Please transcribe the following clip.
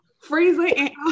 Freezing